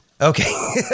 Okay